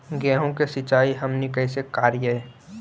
गेहूं के सिंचाई हमनि कैसे कारियय?